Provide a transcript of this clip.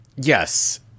Yes